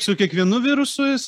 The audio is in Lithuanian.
su kiekvienu virusu jis